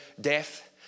death